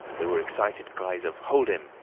there were excited cries of hold him!